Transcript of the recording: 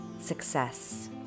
success